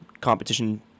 competition